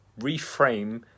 reframe